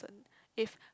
if